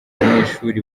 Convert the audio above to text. banyeshuri